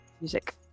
Music